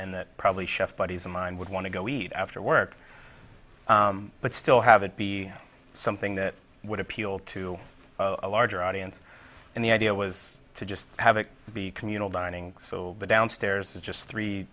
and that probably chef buddies of mine would want to go eat after work but still have it be something that would appeal to a larger audience and the idea was to just have it be communal dining so the downstairs is just three